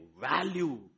value